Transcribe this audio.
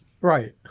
right